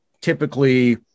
typically